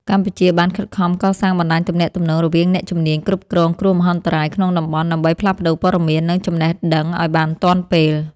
កម្ពុជាបានខិតខំកសាងបណ្តាញទំនាក់ទំនងរវាងអ្នកជំនាញគ្រប់គ្រងគ្រោះមហន្តរាយក្នុងតំបន់ ដើម្បីផ្លាស់ប្តូរព័ត៌មាន និងចំណេះដឹងឱ្យបានទាន់ពេល។